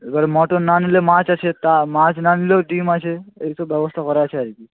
এবারে মটন না নিলে মাছ আছে তা মাছ না নিলেও ডিম আছে এইসব ব্যবস্থা করা আছে আর কি